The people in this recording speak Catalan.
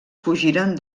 fugiren